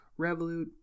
Revolut